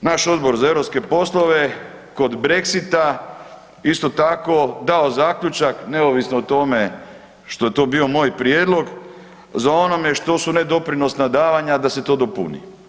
naš Odbor za europske poslove kod Brexita, isto tako, dao zaključak neovisno o tome što je to bio moj prijedlog, za onome što su nedoprinosna davanja, da se to dopuni.